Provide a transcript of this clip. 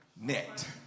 net